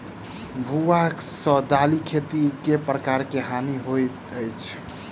भुआ सँ दालि खेती मे केँ प्रकार केँ हानि होइ अछि?